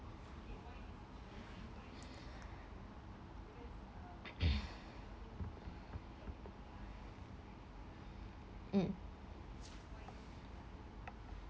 mm